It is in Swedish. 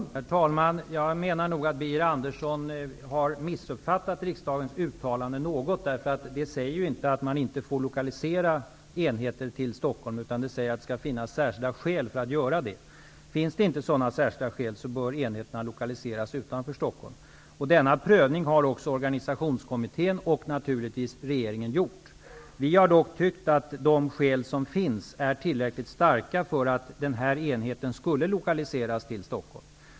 Herr talman! Jag menar nog att Birger Andersson något har missuppfattat riksdagens uttalande. Det säger inte att man inte får lokalisera enheter till Stockholm, utan att det skall finnas särskilda skäl för att göra det. Finns inga sådana särskilda skäl bör enheterna lokaliseras utanför Stockholm. Denna prövning har också Organisationskommittén och naturligtvis regeringen gjort. Vi har dock tyckt att de skäl som finns är tillräckligt starka för att denna enhet skulle lokaliseras till Stockholm.